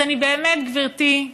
אז אני באמת, גברתי,